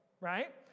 Right